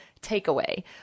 takeaway